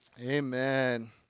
Amen